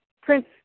Prince